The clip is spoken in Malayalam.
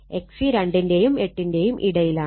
XC 2 ന്റെയും 8 ന്റെയും ഇടയിലാണ്